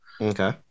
Okay